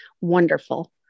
wonderful